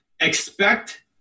expect